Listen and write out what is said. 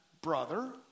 brother